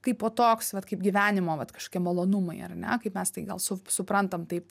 kaipo toks vat kaip gyvenimo vat kažkokie malonumai ar ne kaip mes tai gal su suprantam taip